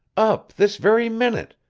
up, this very minute,